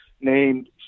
named